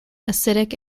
acidic